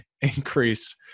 increase